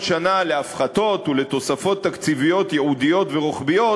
שנה להפחתות ולתוספות תקציביות ייעודיות ורוחביות,